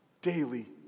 daily